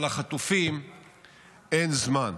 אבל לחטופים אין זמן.